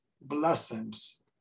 blossoms